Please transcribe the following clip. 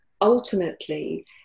Ultimately